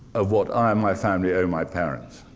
of what i, and my family, owe my parents.